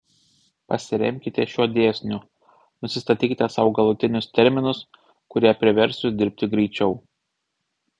pasiremkite šiuo dėsniu nusistatykite sau galutinius terminus kurie privers jus dirbti greičiau